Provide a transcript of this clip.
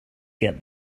get